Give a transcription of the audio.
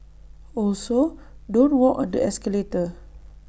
also don't walk on the escalator